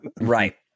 Right